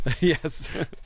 Yes